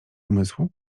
umysłu